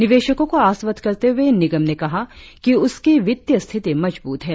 निवेशकों को आश्वस्त करते हुए निगम ने कहा कि उसकी वित्तीय स्थिति मजबूत है